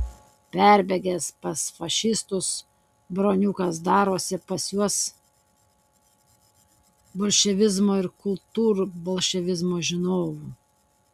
perbėgęs pas fašistus broniukas darosi pas juos bolševizmo ir kultūrbolševizmo žinovu